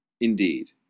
Indeed